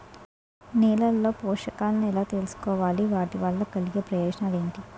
నేలలో పోషకాలను ఎలా తెలుసుకోవాలి? వాటి వల్ల కలిగే ప్రయోజనాలు ఏంటి?